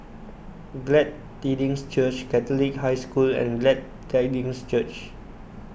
Glad Tidings Church Catholic High School and Glad Tidings Church